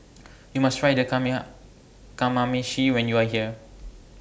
YOU must Try Kamameshi when YOU Are here